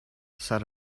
said